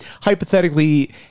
hypothetically